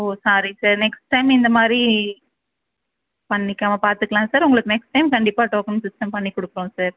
ஓ sorry sir next time இந்த மாதிரி பண்ணிக்காமல் பார்த்துக்கலாம் சார் உங்களுக்கு நெக்ஸ்ட் டைம் கண்டிப்பாக டோக்கன் சிஸ்டம் பண்ணி கொடுக்குறோம் சார்